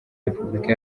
repubulika